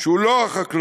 שהוא לא חקלאות.